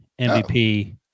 MVP